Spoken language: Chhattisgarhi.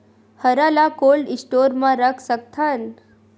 हरा ल कोल्ड स्टोर म रख सकथन?